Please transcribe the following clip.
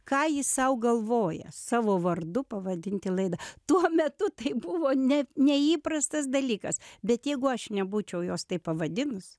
ką jis sau galvoja savo vardu pavadinti laidą tuo metu tai buvo ne neįprastas dalykas bet jeigu aš nebūčiau jos taip pavadinus